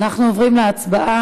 אנחנו עוברים להצבעה.